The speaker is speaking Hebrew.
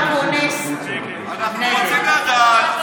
אנחנו רוצים לדעת מה קרה פה.